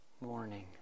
morning